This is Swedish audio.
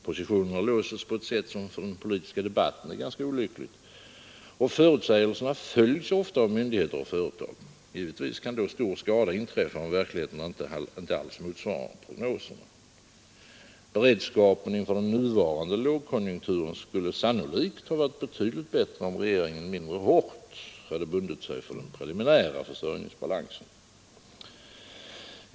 Positionerna låses på ett sätt som för den politiska debatten är ganska olyckligt, och förutsägelserna följs ofta av myndigheter och företag. Givetvis kan då stor skada inträffa, om verkligheten inte alls motsvarar prognoserna. Beredskapen inför den nuvarande lågkonjunkturen skulle sannolikt ha varit betydligt bättre, om regeringen mindre hårt hade bundit sig för den preliminära försörjningsbalansen.